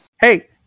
Hey